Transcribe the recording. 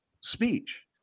speech